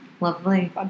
Lovely